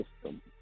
system